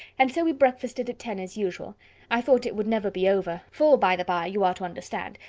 and so we breakfasted at ten as usual i thought it would never be over for, by the bye, you are to understand,